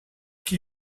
que